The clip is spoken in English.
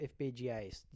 FPGAs